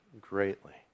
greatly